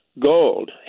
gold